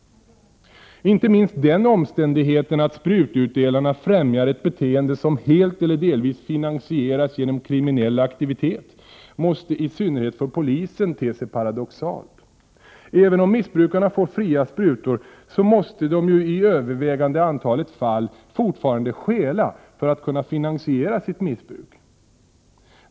Inte minst den omständigheten att sprututdelarna främjar ett beteende som helt eller delvis finansieras genom kriminell aktivitet måste i synnerhet för polisen te sig paradoxalt. Även om missbrukarna får fria sprutor måste de ju i övervägande antalet fall fortfarande stjäla för att kunna finansiera sitt missbruk.